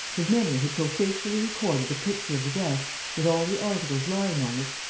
his memory had so faithfully recorded the picture of the desk, with all the articles lying on it,